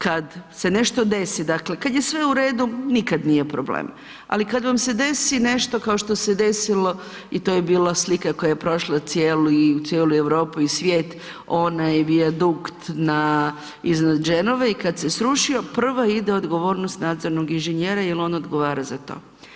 Kad se nešto desi, dakle kad je sve u redu nikad nije problem, ali kad vam se desi nešto kao što se i desilo i to je bila slika koja je prošla cijelu Europu i svijet onaj vijadukt iznad Genove i kad se srušio prva ide odgovornost nadzornog inženjera jer on odgovara za to.